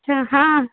अच्छा हँ